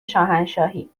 شاهنشاهی